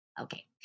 Okay